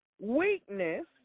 weakness